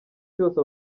cyose